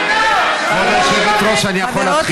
כבוד היושבת-ראש, אני יכול להתחיל?